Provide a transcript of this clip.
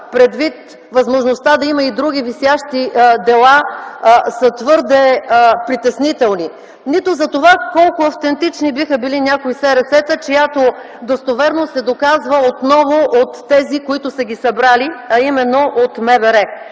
предвид възможността да има и други висящи дела, са твърде притеснителни, нито за това колко автентични биха били някои СРС-та чиято достоверност се доказва отново от тези, които са ги събрали, а именно от МВР.